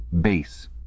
base